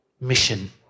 mission